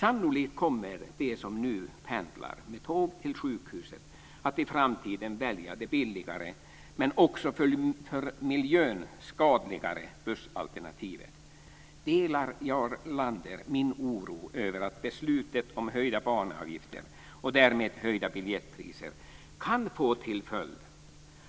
Sannolikt kommer de som nu pendlar med tåg till sjukhuset att i framtiden välja det billigare men också för miljön skadligare bussalternativet. Delar Jarl Lander min oro över att beslutet om höjda banavgifter och därmed höjda biljettpriser kan få till följd